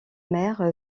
mer